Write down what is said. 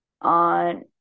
on